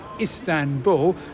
Istanbul